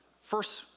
First